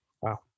wow